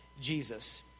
Jesus